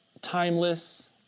timeless